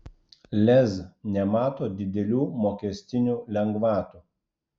lez nemato didelių mokestinių lengvatų